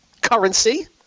currency